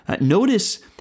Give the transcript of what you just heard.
Notice